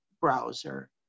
browser